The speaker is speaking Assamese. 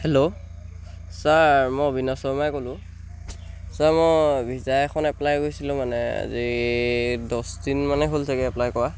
হেল্ল' ছাৰ মই অভিনৱ শৰ্মাই ক'লোঁ ছাৰ মই ভিছা এখন এপ্লাই কৰিছিলোঁ মানে আজি দহদিন মানে হ'ল চাগে এপ্লাই কৰা